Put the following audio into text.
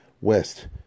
west